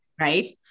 right